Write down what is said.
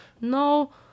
no